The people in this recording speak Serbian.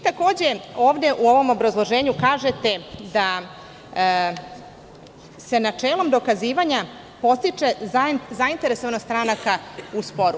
Takođe, ovde u ovom obrazloženju kažete – da se načelom dokazivanja podstiče zainteresovanost stranaka u sporu.